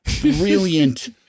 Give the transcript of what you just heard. brilliant